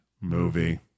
movie